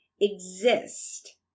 exist